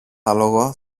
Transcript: άλογο